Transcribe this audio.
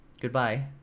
Goodbye